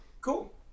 cool